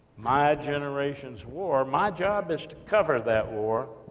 my generation's war, my job is to cover that war,